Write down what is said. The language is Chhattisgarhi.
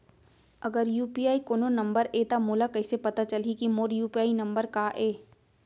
अगर यू.पी.आई कोनो नंबर ये त मोला कइसे पता चलही कि मोर यू.पी.आई नंबर का ये?